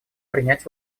принять